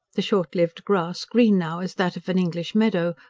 the short-lived grass, green now as that of an english meadow,